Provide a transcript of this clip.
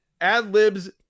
ad-libs